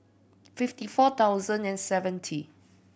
fifty four thousand and seventy